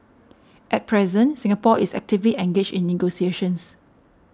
at present Singapore is actively engaged in negotiations